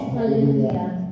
Hallelujah